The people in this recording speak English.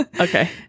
Okay